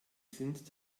sind